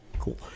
Cool